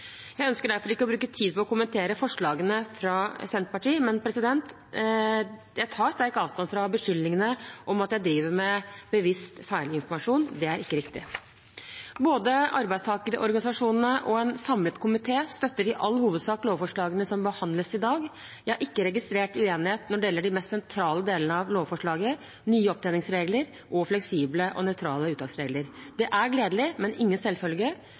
Jeg ønsker derfor ikke å bruke tid på å kommentere forslagene fra Senterpartiet, men jeg tar sterkt avstand fra beskyldningene om at jeg driver med bevisst feilinformasjon. Det er ikke riktig. Både arbeidstakerorganisasjonene og en samlet komité støtter i all hovedsak lovforslagene som behandles i dag. Jeg har ikke registrert uenighet når det gjelder de mest sentrale delene av lovforslaget – nye opptjeningsregler og fleksible og nøytrale uttaksregler. Det er gledelig, men ingen selvfølge.